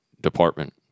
department